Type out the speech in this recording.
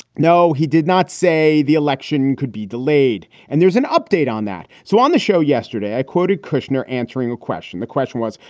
no, he did not say the election could be delayed. and there's an update on that. so on the show yesterday, i quoted kushner answering a question. the question was,